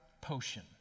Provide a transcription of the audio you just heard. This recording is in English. potion